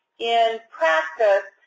in practice,